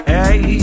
Hey